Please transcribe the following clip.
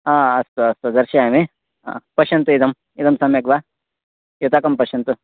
आ अस्तु अस्तु दर्शयामि आ पश्यन्तु इदम् इदं सम्यक् वा युतकं पश्यन्तु